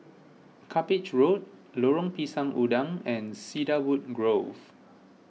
Cuppage Road Lorong Pisang Udang and Cedarwood Grove